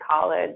college